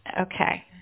Okay